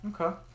Okay